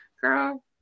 Girl